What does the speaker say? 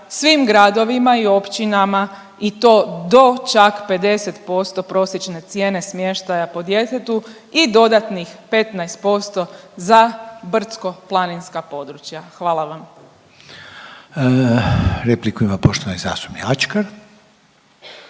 svim gradovima i općinama i to do čak 50% prosječne cijene smještaja po djetetu i dodatnih 15% za brdsko-planinska područja. Hvala vam.